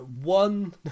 One